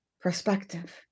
perspective